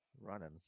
running